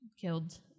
killed